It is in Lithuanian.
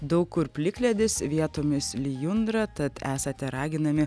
daug kur plikledis vietomis lijundra tad esate raginami